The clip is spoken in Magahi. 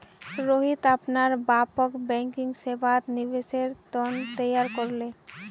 रोहित अपनार बापक बैंकिंग सेवात निवेशेर त न तैयार कर ले